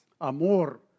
Amor